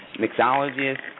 mixologists